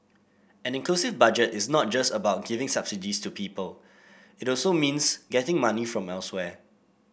an inclusive Budget is not just about giving subsidies to people it also means getting money from elsewhere